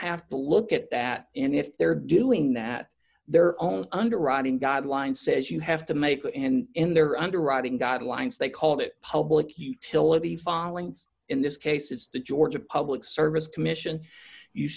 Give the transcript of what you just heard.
have to look at that and if they're doing that their own underwriting guidelines says you have to make it and in their underwriting guidelines they call it public utility fallings in this case it's the georgia public service commission you